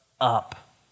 Up